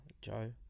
Joe